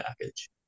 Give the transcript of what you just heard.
package